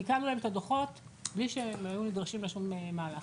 תיקנו להם את הדוחות בלי שהם היו נדרשים לשום מהלך.